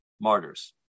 martyrs